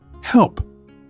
Help